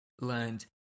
learned